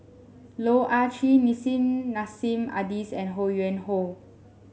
Loh Ah Chee Nissim Nassim Adis and Ho Yuen Hoe